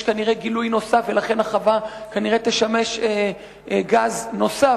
יש כנראה גילוי נוסף ולכן החווה כנראה תשמש גז נוסף,